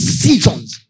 seasons